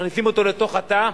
מכניסים אותו לתוך התא,